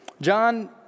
John